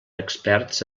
experts